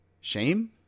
Shame